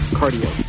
cardio